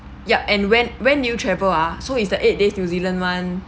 yup and when when do you travel ah so is the eight days new zealand [one]